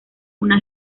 una